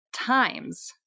times